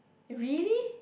really